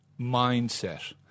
mindset